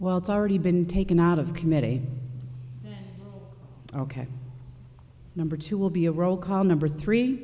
well it's already been taken out of committee ok number two will be a roll call number three